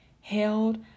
held